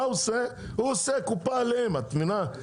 מה הוא עושה, הוא עושה קופה עליהם, את מבינה?